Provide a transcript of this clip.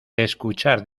escuchar